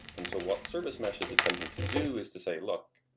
and so what service mesh is attempting to do is to say, look,